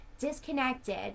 disconnected